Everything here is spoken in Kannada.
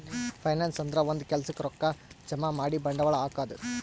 ಫೈನಾನ್ಸ್ ಅಂದ್ರ ಒಂದ್ ಕೆಲ್ಸಕ್ಕ್ ರೊಕ್ಕಾ ಜಮಾ ಮಾಡಿ ಬಂಡವಾಳ್ ಹಾಕದು